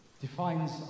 Defines